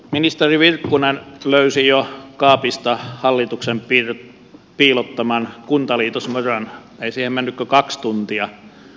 ministeri virkkunen löysi jo kaapista hallituksen piilottaman kuntaliitosmörön ei siihen mennyt kuin kaksi tuntia